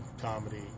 comedy